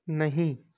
نہیں